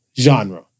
genre